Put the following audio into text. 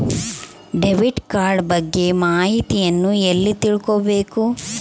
Debit card ಬಗ್ಗೆ ಮಾಹಿತಿಯನ್ನ ಎಲ್ಲಿ ತಿಳ್ಕೊಬೇಕು?